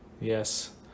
Yes